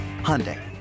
Hyundai